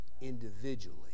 individually